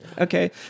Okay